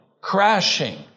crashing